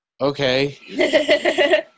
okay